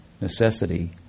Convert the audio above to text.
necessity